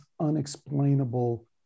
unexplainable